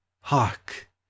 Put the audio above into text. Hark